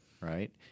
right